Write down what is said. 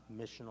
missional